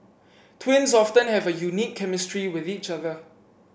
twins often have a unique chemistry with each other